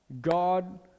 God